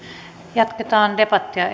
jatketaan debattia